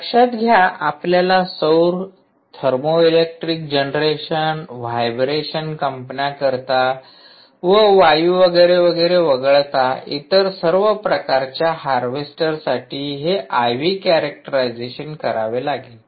लक्षात घ्या आपल्याला सौर थर्मोइलेक्ट्रिक जनरेशन व्हायब्रेशन कंपन्यांकरिता व वायु वगैरे वगैरे वगळता इतर सर्व प्रकारच्या हार्वेस्टरसाठी हे IV कॅरॅक्टराइजशन करावे लागेल